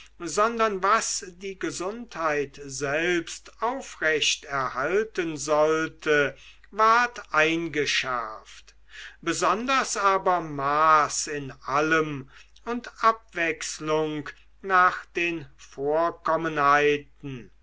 sondern was die gesundheit selbst aufrechterhalten sollte ward eingeschärft besonders aber maß in allem und abwechselung nach den